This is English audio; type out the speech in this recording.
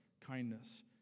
kindness